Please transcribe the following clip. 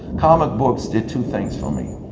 comic books did two things for me.